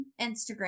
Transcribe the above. Instagram